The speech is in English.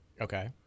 Okay